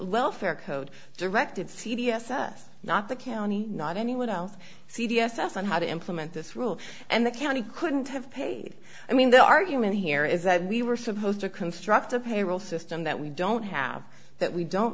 welfare code directed c v s s not the county not anyone else c d s on how to implement this rule and the county couldn't have paid i mean the argument here is that we were supposed to construct a payroll system that we don't have that we don't